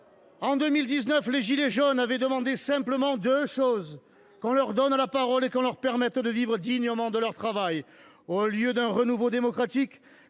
En 2019, les « gilets jaunes » avaient demandé simplement deux choses : qu’on leur donne la parole et qu’on leur permette de vivre dignement de leur travail. Au lieu d’un renouveau démocratique,